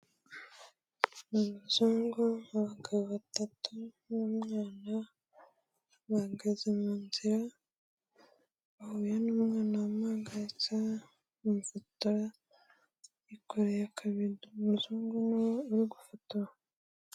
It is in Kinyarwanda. Ni umuzungu n'abagabo batatu n'umwana bahagaze mu nzira bahuye n'umwana baramuhagaritsa baramufotora yikoreye akabido, umuzungu ni we urigufotora.